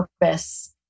purpose